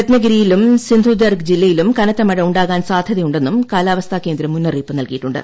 രത്നഗിരിയിലും സിന്ധുദർഗ് ജില്ലയിലും കനത്ത മഴ ഉണ്ടാകാൻ സാധ്യദ്ധ്യയുണ്ടെന്നും കലാവസ്ഥ കേന്ദ്രം മുന്നറിയിപ്പ് നൽകിയിട്ടുണ്ട്